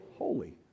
holy